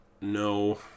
No